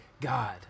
God